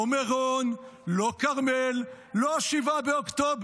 לא מירון, לא כרמל, לא 7 באוקטובר.